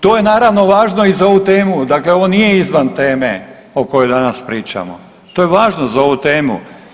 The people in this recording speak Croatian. To je naravno važno i za ovu temu, dakle ovo nije izvan teme o kojoj danas pričamo, to je važno za ovu temu.